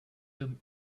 them